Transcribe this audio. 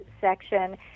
section